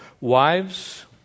wives